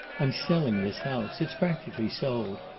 i'm selling this house. it's practically sold.